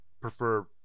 prefer